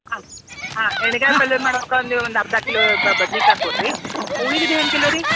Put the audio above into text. ಹಾಂ ಹಾಂ ಎಣ್ಣ್ಗಾಯಿ ಪಲ್ಯ ಮಾಡ್ಬೇಕು ಅಂದೀವಿ ಒಂದು ಅರ್ಧ ಕಿಲೋ ಬದ್ನೆಕಾಯ್ ಕೊಡಿರಿ ಉಳ್ಳಾಗಡ್ಡಿ ಹೆಂಗೆ ಕಿಲೋ ರೀ